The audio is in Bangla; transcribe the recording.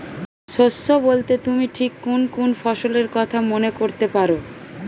শস্য বোলতে তুমি ঠিক কুন কুন ফসলের কথা মনে করতে পার?